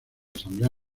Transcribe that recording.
asamblea